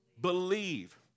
Believe